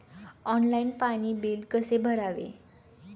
Online पाणी bill कसे भरावे?